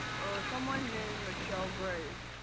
or someone named michelle grace,